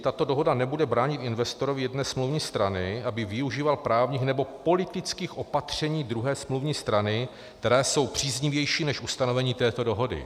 Tato dohoda nebude bránit investorovi jedné smluvní strany, aby využíval právních nebo politických opatření druhé smluvní strany, která jsou příznivější než ustanovení této dohody.